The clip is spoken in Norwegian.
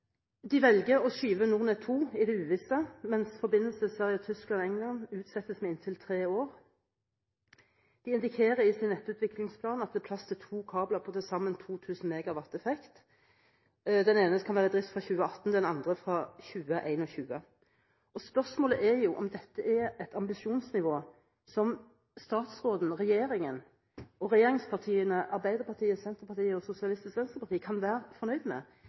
De velger å skyve NorNed 2 i det uvisse, mens forbindelser til Sverige, Tyskland og England utsettes med inntil tre år. De indikerer i sin nettutviklingsplan at det er plass til to kabler på til sammen 2 000 MW effekt – den ene skal være i drift fra 2018, den andre fra 2021. Spørsmålet er jo om dette er et ambisjonsnivå som statsråden, regjeringen og regjeringspartiene – Arbeiderpartiet, Senterpartiet og Sosialistisk Venstreparti – kan være fornøyd med.